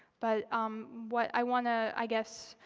but um what i want to, i guess,